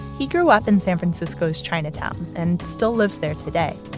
he grew up in san francisco's chinatown and still lives there today.